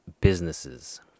businesses